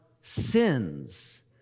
sins